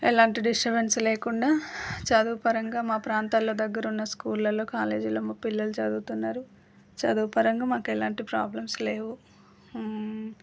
ఎలాంటి డిస్టర్బన్స్ లేకుండా చదువు పరంగా మా ప్రాంతాల్లో దగ్గర ఉన్న స్కూళ్లలో కాలేజీలో మా పిల్లలు చదువుతున్నారు చదువుపరంగా మాకు ఎలాంటి ప్రాబ్లమ్స్ లేవు